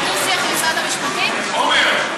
עמר,